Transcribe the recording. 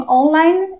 online